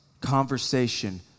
conversation